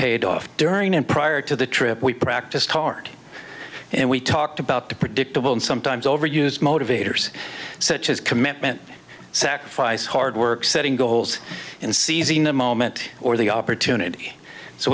paid off during and prior to the trip we practiced hard and we talked about the predictable and sometimes overused motivators such as commitment sacrifice hard work setting goals and seizing the moment or the opportunity so